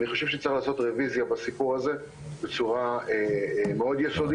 אני חושב שצריך לעשות רוויזיה בסיפור הזה בצורה יסודית מאוד.